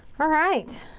alright!